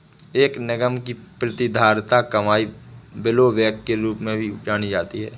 एक निगम की प्रतिधारित कमाई ब्लोबैक के रूप में भी जानी जाती है